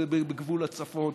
בגבול הצפון.